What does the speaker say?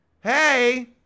hey